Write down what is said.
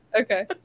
Okay